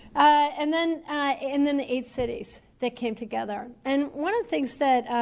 and then and then the eight cities that came together. and one of the things that